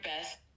best